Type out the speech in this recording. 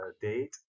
date